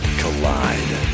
collide